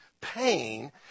pain